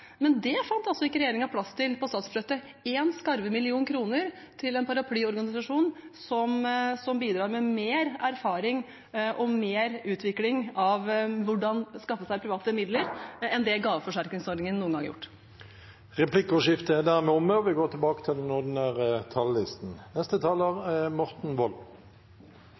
men det fant altså ikke regjeringen plass til på statsbudsjettet – én skarve million kroner til en paraplyorganisasjon som bidrar med mer erfaring og mer utvikling når det gjelder hvordan man skal skaffe seg private midler, enn det gaveforsterkningsordningen noen gang har gjort. Replikkordskiftet er omme. For Fremskrittspartiet er kultur et begrep som uttrykker de verdier og